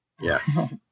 Yes